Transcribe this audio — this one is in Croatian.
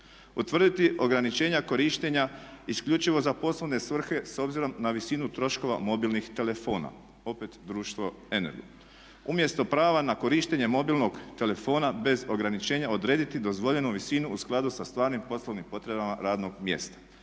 Utvrditi ograničenja korištenja isključivo za poslovne svrhe s obzirom na visinu troškova mobilnih telefona. Opet društvo Energo. Umjesto prava na korištenje mobilnog telefona bez ograničenja odrediti dozvoljenu visinu u skladu sa stvarnim poslovnim potrebama radnog mjesta,